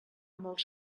molt